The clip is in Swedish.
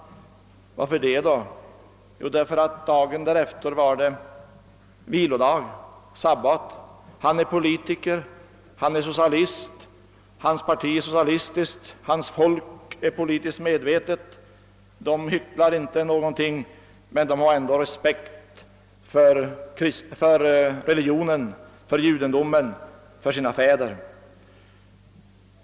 Varför det? Jo, därför att dagen efter var det vilodag, sabbat. Han är Politiker. Han är socialist. Hans parti är socialistiskt, hans folk är politiskt medvetet. De hycklar inte någonting, men de har ändå respekt för religionen, för judendomen, för sina fäder.